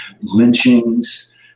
lynchings